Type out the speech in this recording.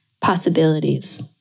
possibilities